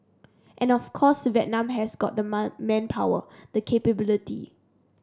and of course Vietnam has got the manpower the capability